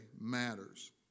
matters